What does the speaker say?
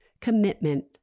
commitment